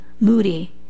Moody